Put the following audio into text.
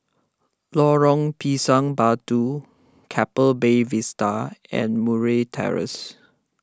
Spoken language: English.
Lorong Pisang Batu Keppel Bay Vista and Murray Terrace